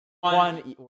One